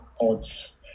odds